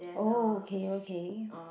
oh okay okay